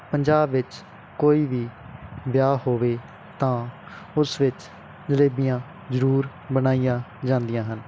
ਪੰਜਾਬ ਵਿੱਚ ਕੋਈ ਵੀ ਵਿਆਹ ਹੋਵੇ ਤਾਂ ਉਸ ਵਿੱਚ ਜਲੇਬੀਆਂ ਜ਼ਰੂਰ ਬਣਾਈਆਂ ਜਾਂਦੀਆਂ ਹਨ